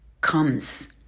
comes